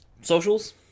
socials